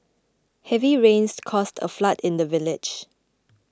heavy rains caused a flood in the village